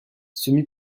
semi